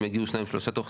אם יגיעו 2 או 3 תוכניות,